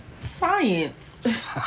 science